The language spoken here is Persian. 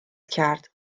کرد